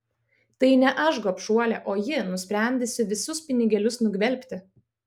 tai ne aš gobšuolė o ji nusprendusi visus pinigėlius nugvelbti